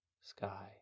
sky